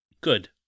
Good